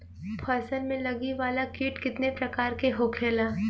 फसल में लगे वाला कीट कितने प्रकार के होखेला?